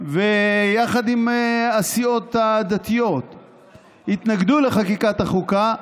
יחד עם הסיעות הדתיות התנגדו לחקיקת החוקה,